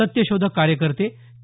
सत्यशोधक कार्यकर्ते के